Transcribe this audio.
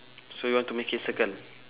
so you want to make it circle